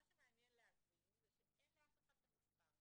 מה שמעניין להבין זה שאין לאף אחד את המספר.